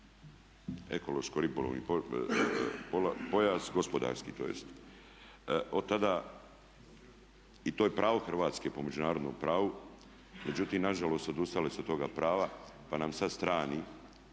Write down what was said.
ekološko-ribolovni pojas, gospodarski to jest. Od tada i to je pravo Hrvatske po međunarodnom pravu. Međutim, na žalost odustali su od toga prava, pa nam sad strani